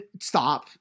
stop